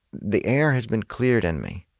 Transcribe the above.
the air has been cleared in me,